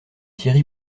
thierry